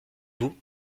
vous